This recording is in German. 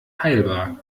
heilbar